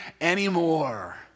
anymore